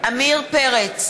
עמיר פרץ,